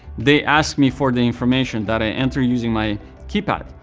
they ask me for the information that i enter using my keypad,